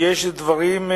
יש דברים,